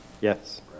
yes